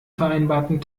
vereinbarten